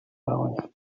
vergonya